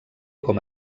com